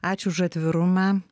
ačiū už atvirumą